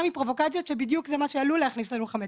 מפרובוקציות שבדיוק זה מה שעלול להכניס לנו חמץ.